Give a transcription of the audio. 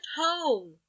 home